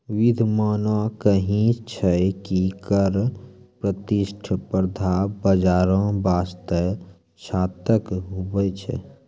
बिद्यबाने कही छै की कर प्रतिस्पर्धा बाजारो बासते घातक हुवै छै